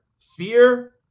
Fear